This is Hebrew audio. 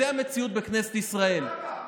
זאת המציאות בכנסת ישראל.